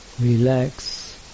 relax